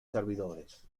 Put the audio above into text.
servidores